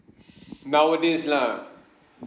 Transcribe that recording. nowadays lah